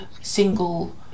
single